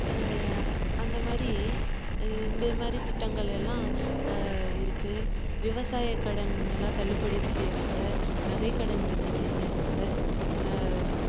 அந்த மாதிரி இதே மாதிரி திட்டங்களெல்லாம் இருக்குது விவசாய கடனெல்லாம் தள்ளுபடி செய்கிறாங்க நகைக் கடன் தள்ளுபடி செய்கிறாங்க